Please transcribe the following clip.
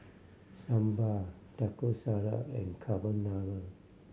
Sambar Taco Salad and Carbonara